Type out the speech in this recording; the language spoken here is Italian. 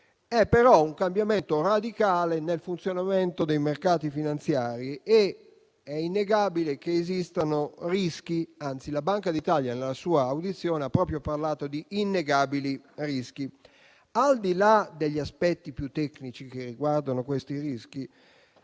però di un cambiamento radicale nel funzionamento dei mercati finanziari ed è innegabile che esistano rischi. La Banca d'Italia, infatti, in sede di audizione, ha parlato proprio di innegabili rischi. Al di là degli aspetti più tecnici che riguardano tali rischi,